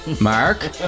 Mark